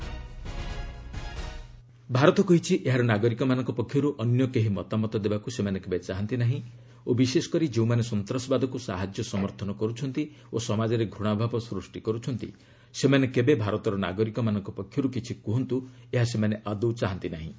India reply Bharat କହିଛି ଏହାର ନାଗରିକମାନଙ୍କ ପକ୍ଷର୍ ଅନ୍ୟ କେହି ମତଦେବାକ୍ ସେମାନେ କେବେ ଚାହାନ୍ତି ନାହିଁ ଓ ବିଶେଷ କରି ଯେଉଁମାନେ ସନ୍ତାସବାଦକୁ ସାହାଯ୍ୟ ସମର୍ଥନ କରୁଛନ୍ତି ଓ ସମାଜରେ ଘୃଣାଭାବ ସୃଷ୍ଟି କର୍ଛନ୍ତି ସେମାନେ କେବେ ଭାରତର ନାଗରିକମାନଙ୍କ ପକ୍ଷରୁ କିଛି କୁହନ୍ତୁ ଏହା ସେମାନେ ଆଦୌ ଚାହାନ୍ତି ନାହିଁ